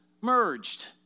merged